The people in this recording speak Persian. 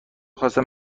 خواستم